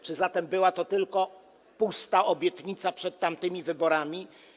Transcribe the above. Czy zatem była to tylko pusta obietnica przed tamtymi wyborami?